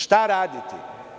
Šta raditi?